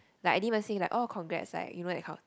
like I didn't even say like oh congrats like you know that kind of